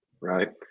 Right